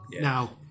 now